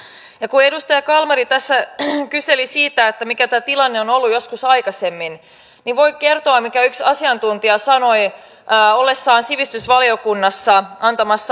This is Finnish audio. ja kun edustaja kalmari tässä kyseli mikä tämä tilanne on ollut joskus aikaisemmin niin voin kertoa mitä yksi asiantuntija sanoi ollessaan sivistysvaliokunnassa antamassa asiantuntijalausuntoa